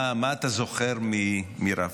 מה אתה זוכר מרפי?